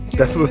that's